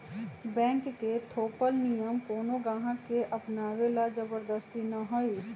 bank के थोपल नियम कोनो गाहक के अपनावे ला जबरदस्ती न हई